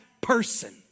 person